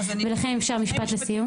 ולכן אם אפשר משפט לסיום.